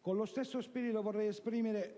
Con lo stesso spirito, vorrei esprimere